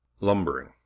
lumbering